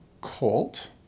colt